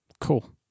cool